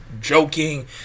joking